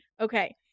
okay